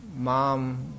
mom